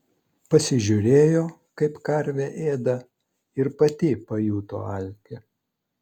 pasižiūrėjo kaip karvė ėda ir pati pajuto alkį